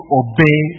obey